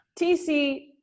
TC